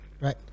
Right